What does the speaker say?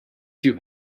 too